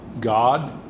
God